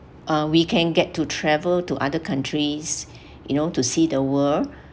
uh we can get to travel to other countries you know to see the world